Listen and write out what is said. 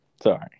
sorry